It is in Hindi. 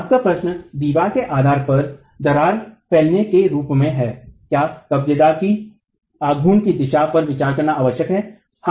आपका प्रश्न दीवार के आधार पर दरार फैलने के रूप में है क्या कब्जेदार की आघूर्ण की दिशा पर विचार करना आवश्यक है